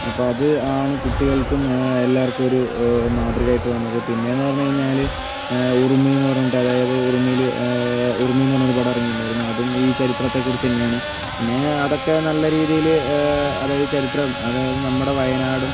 അപ്പോൾ അത് ആണ് കുട്ടികൾക്കും എല്ലാവർക്കുമൊരു മാതൃകയായിട്ടു വന്നത് പിന്നെന്നു പറഞ്ഞു കഴിഞ്ഞാൽ ഉറുമി എന്ന് പറഞ്ഞിട്ട് അതായത് ഉറുമിയിൽ ഉറുമിന്ന് പറഞൊരു പടം ഇറങ്ങീട്ടുണ്ടായിരുന്നു അതും ഈ ചരിത്രത്തെ കുറിച്ച് തന്നെയാണ് പിന്നെ അതൊക്കെ നല്ല രീതിയിൽ അതായത് ചരിത്രം അതായത് നമ്മുടെ വയനാടും